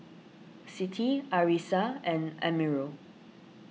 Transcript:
Siti Arissa and Amirul